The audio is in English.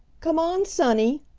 come on, sonny,